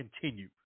continue